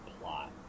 plot